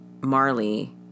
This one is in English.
Marley